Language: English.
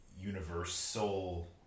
universal